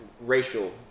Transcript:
racial